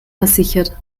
versichert